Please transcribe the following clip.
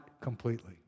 completely